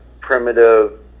primitive